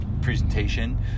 presentation